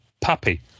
puppy